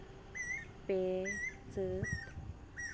ᱯᱮ ᱪᱟᱹᱛ